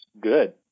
good